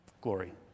glory